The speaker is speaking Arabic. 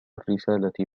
الرسالة